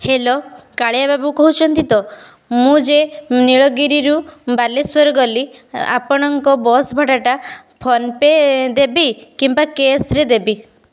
hello Kalia ବାବୁ କହୁଛନ୍ତି ତ ମୁଁ ଯେ ନୀଳଗିରିରୁ ବାଲେଶ୍ଵର ଗଲି ଆପଣଙ୍କ ବସ୍ ଭଡ଼ାଟା ଫୋନ ପେ ଦେବି କିମ୍ବା କ୍ୟାସ୍ରେ ଦେବି